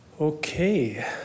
Okay